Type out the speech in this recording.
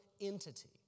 entity